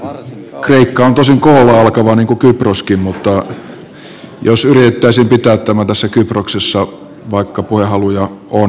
kreikka on tosin klla alkava niin kuin kyproskin mutta jos yritettäisiin pitää tämä tässä kyproksessa vaikka puhehaluja on